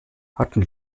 hatten